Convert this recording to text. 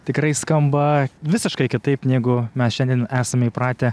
tikrai skamba visiškai kitaip negu mes šiandien esame įpratę